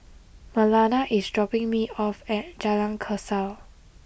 Marlana is dropping me off at Jalan Kasau